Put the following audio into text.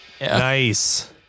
Nice